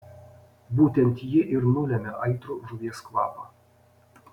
būtent ji ir nulemia aitrų žuvies kvapą